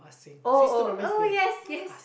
oh oh oh yes yes